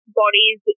bodies